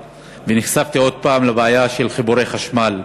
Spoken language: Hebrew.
ונחשפתי עוד פעם לבעיה של חיבורי חשמל,